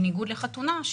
בניגוד לחתונה,